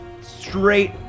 straight